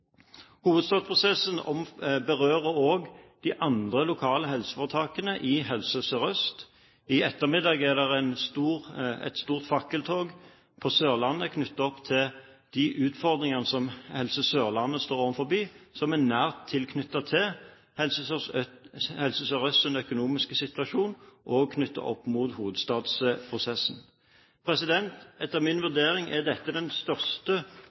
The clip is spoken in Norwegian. Hovedstadsprosessen berører også de andre lokale helseforetakene i Helse Sør-Øst. I ettermiddag er det et stort fakkeltog på Sørlandet knyttet til de utfordringene som Helse Sørlandet står overfor, som er nært tilknyttet Helse Sør-Østs økonomiske situasjon og knyttet opp mot hovedstadsprosessen. Etter min vurdering er dette den største